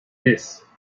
this